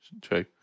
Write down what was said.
True